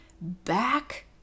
back